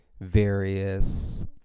various